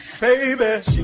baby